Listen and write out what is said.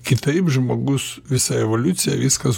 kitaip žmogus visa evoliucija viskas